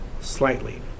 slightly